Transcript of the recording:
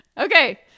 Okay